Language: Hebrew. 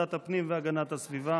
לוועדת הפנים והגנת הסביבה